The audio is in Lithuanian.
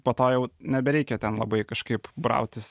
po to jau nebereikia ten labai kažkaip brautis